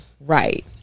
right